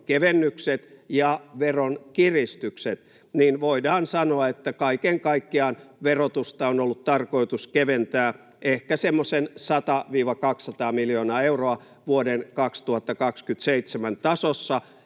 veronkevennykset ja veronkiristykset, niin voidaan sanoa, että kaiken kaikkiaan verotusta on ollut tarkoitus keventää ehkä semmoiset 100—200 miljoonaa euroa vuoden 2027 tasossa,